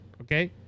Okay